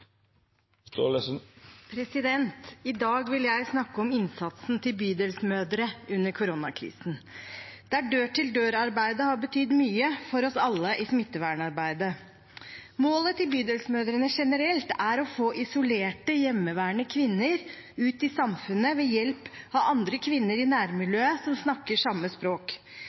sommer! I dag vil jeg snakke om innsatsen til Bydelsmødre under koronakrisen, der dør-til-dør-arbeidet har betydd mye for oss alle i smittevernarbeidet. Målet til Bydelsmødre generelt er å få isolerte hjemmeværende kvinner ut i samfunnet ved hjelp av andre kvinner i nærmiljøet som snakker samme språk.